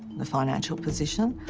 the financial position.